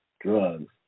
drugs